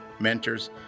mentors